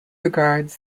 regards